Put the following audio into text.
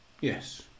Yes